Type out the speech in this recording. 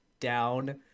Down